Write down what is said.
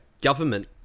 government